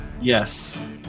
Yes